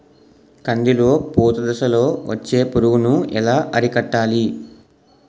కందిలో పూత దశలో వచ్చే పురుగును ఎలా అరికట్టాలి?